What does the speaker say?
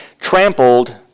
trampled